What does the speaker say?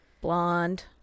Blonde